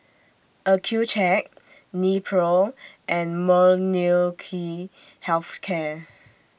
Accucheck Nepro and Molnylcke Health Care